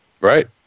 Right